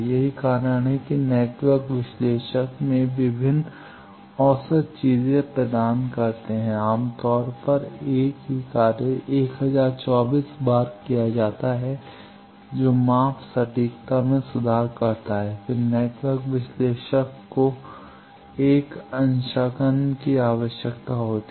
यही कारण है कि नेटवर्क विश्लेषक वे विभिन्न औसत चीजें प्रदान करते हैं आम तौर पर एक ही कार्य 1024 बार किया जाता है जो माप सटीकता में सुधार करता है फिर नेटवर्क विश्लेषक को एक अंशांकन की आवश्यकता होती है